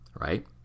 right